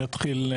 אני אתחיל,